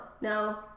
no